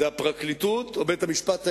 זו הפרקליטות וזה בית-המשפט העליון,